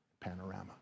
panorama